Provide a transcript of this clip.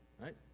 Right